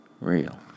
real